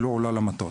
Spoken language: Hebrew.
היא לא עולה למטוס.